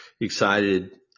excited